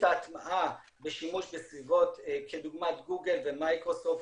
ההטמעה בשימוש בסביבות כדוגמת גוגל ומיקרוסופט,